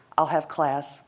i'll have class.